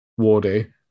Wardy